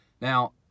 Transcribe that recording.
Now